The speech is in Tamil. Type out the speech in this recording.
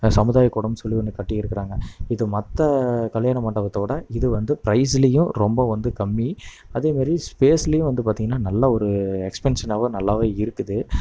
சமுதாய கூடம்ன்னு சொல்லி ஒன்று கட்டி இருக்காங்க இது மற்ற கல்யாண மண்டபத்தை விட இது வந்து ப்ரைஸ்லையும் ரொம்ப வந்து கம்மி அதேமாதிரி ஸ்பேஸ்லையும் வந்து பார்த்திங்கனா நல்ல ஒரு எக்ஸ்பென்ஸ்னாகவும் நல்லாவும் இருக்குது